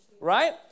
right